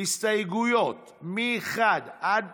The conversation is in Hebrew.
הסתייגויות מ-1 עד,